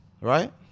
Right